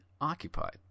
occupied